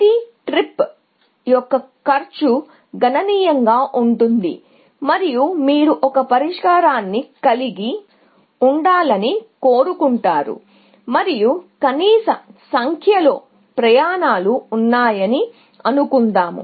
ప్రతి ట్రిప్ యొక్క కాస్ట్ గణనీయంగా ఉండబోతుంది ఇందుకు మీరు ఒక పరిష్కారాన్ని కలిగి ఉండాలని కోరుకుంటారు మరియు ప్రయాణాలు కనీస సంఖ్యలో ఉన్నాయని అనుకుందాము